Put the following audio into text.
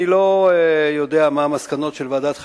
אני לא יודע מה המסקנות של ועדת חקירה,